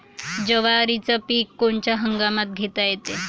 जवारीचं पीक कोनच्या हंगामात घेता येते?